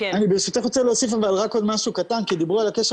אני ברשותך רוצה להוסיף רק עוד משהו קטן כי דיברו על הקשר